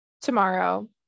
tomorrow